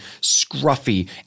scruffy